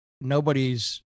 nobody's